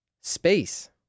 space